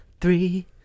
three